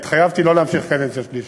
והתחייבתי לא להמשיך לקדנציה שלישית.